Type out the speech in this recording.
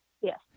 Yes